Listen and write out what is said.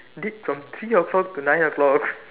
did from three o clock to nine o clock